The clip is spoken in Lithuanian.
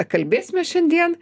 kalbėsime šiandien